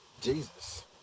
Jesus